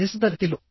నిశ్శబ్ద రీతిలో